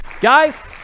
Guys